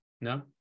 No